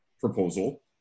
proposal